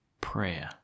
prayer